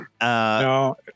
No